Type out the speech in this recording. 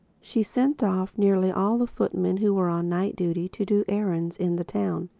she sent off nearly all the footmen who were on night duty to do errands in the town,